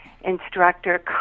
instructor